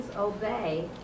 obey